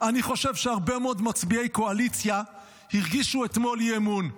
אני חושב שהרבה מאוד מצביעי קואליציה הרגישו אתמול אי-אמון.